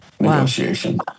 negotiation